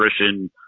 nutrition